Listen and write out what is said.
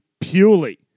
purely